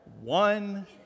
one